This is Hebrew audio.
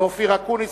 ואופיר אקוניס,